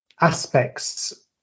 aspects